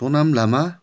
Sonam Lama